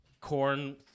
corn